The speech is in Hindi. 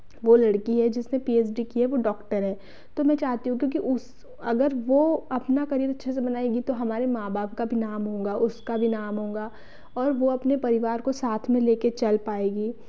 वो लड़की है जिसने पी एच डी की है वो डॉक्टर है तो मैं चाहती हूँ क्योंकि उस अगर वो अपना करियर अच्छे से बनाएगी तो हमारे माँ बाप का भी नाम होगा उसका भी नाम होगा और वो अपने परिवार को साथ में लेके चल पाएगी